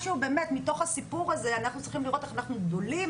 אנחנו צריכים לראות איך אנחנו דולים